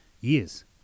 years